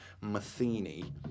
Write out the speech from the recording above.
Matheny